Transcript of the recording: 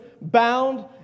bound